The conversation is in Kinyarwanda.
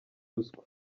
ruswa